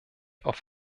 auf